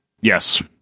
Yes